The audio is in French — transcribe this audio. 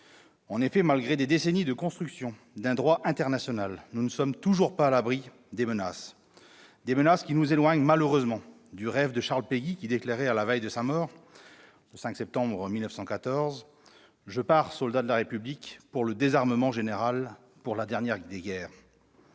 En effet, malgré des décennies de construction d'un droit international, nous ne sommes toujours pas à l'abri des menaces, des menaces qui nous éloignent malheureusement du rêve de Charles Péguy, qui déclarait, à la veille de sa mort, le 5 septembre 1914 :« Je pars, soldat de la République, pour le désarmement général, pour la dernière des guerres.